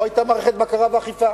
לא היתה מערכת בקרה ואכיפה.